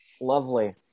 Lovely